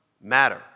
matter